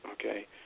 okay